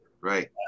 Right